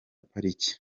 pariki